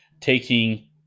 taking